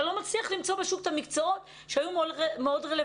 אתה לא מצליח למצוא בשוק את המקצועות שהיו מאוד רלבנטיים.